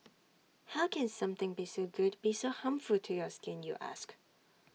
how can something be so good be so harmful to your skin you ask